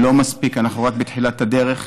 לא מספיק, אנחנו רק בתחילת הדרך,